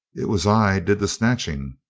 it was i did the snatching.